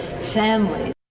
family